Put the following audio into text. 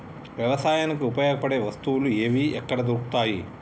వ్యవసాయానికి ఉపయోగపడే వస్తువులు ఏవి ఎక్కడ దొరుకుతాయి?